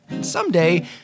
Someday